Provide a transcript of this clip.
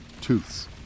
Tooths